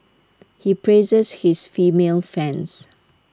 he praises his female fans